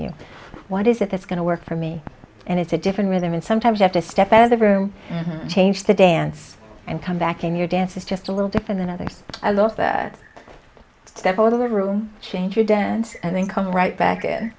you what is it that's going to work for me and it's a different rhythm and sometimes have to step out of the room change the dance and come back in your dance is just a little different than others i lost that step out of the room change your dance and then come right back